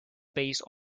based